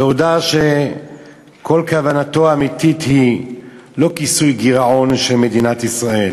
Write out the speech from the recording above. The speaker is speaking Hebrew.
והודה שכל כוונתו האמיתית היא לא כיסוי גירעון של מדינת ישראל